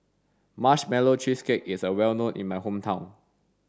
marshmallow cheesecake is well known in my hometown